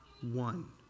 one